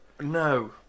no